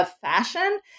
fashion